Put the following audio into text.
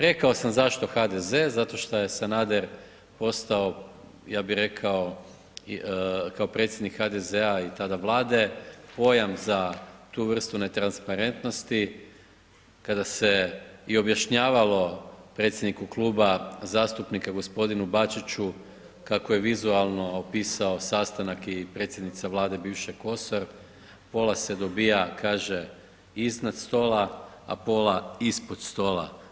Rekao sam zašto HDZ, zato šta je Sanader postao, ja bih rekao kao predsjednik HDZ-a i tada Vlade, pojam za tu vrstu netransparentnosti, kada se i objašnjavalo predsjedniku Kluba zastupnika, gospodinu Bačiću, kako je vizualno opisao sastanak i predsjednica Vlade bivša Kosor pola se dobiva kaže iznad stola, a pola ispod stola.